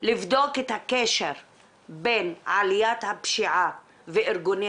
לבדוק את הקשר בין עליית הפשיעה וארגוני